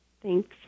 Thanks